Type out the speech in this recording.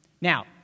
Now